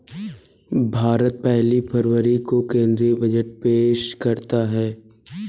भारत पहली फरवरी को केंद्रीय बजट पेश करता है